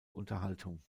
unterhaltung